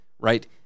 right